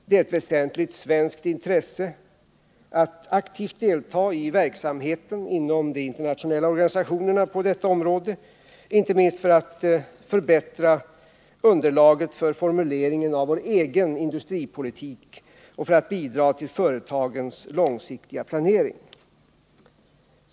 Det är ett väsentligt svenskt intresse att aktivt delta i verksamheten inom de internationella organisationerna på detta område, inte minst för att förbättra underlaget för formuleringen av vår egen industripolitik och för att bidra till företagens långsiktiga planering.